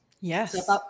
Yes